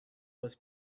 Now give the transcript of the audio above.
was